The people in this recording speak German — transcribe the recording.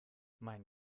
mein